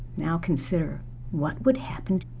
now consider what would happen